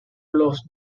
los